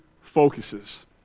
focuses